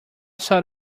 sort